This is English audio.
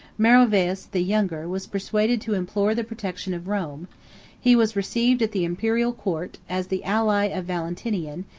meroveus, the younger, was persuaded to implore the protection of rome he was received at the imperial court, as the ally of valentinian,